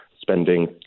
spending